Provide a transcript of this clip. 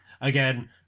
again